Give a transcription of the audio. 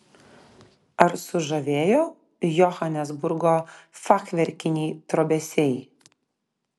ar sužavėjo johanesburgo fachverkiniai trobesiai